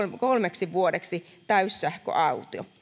kolmeksi vuodeksi täyssähköauto